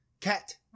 Cat